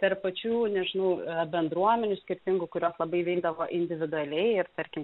tarp pačių nežinau bendruomenių skirtingų kurios labai veikdavo individualiai ir tarkim